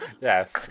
yes